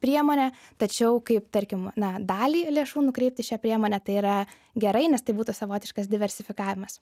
priemonė tačiau kaip tarkim na dalį lėšų nukreipt į šią priemonę tai yra gerai nes tai būtų savotiškas diversifikavimas